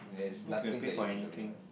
okay I can pay for anything